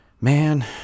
Man